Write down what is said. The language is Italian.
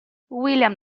william